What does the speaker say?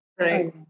Right